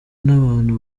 n’abantu